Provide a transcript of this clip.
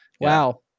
Wow